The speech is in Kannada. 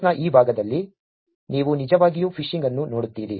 ಕೋರ್ಸ್ನ ಈ ಭಾಗದಲ್ಲಿ ನೀವು ನಿಜವಾಗಿಯೂ ಫಿಶಿಂಗ್ ಅನ್ನು ನೋಡುತ್ತೀರಿ